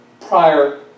prior